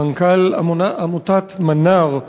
מנכ"ל עמותת "אלמנארה",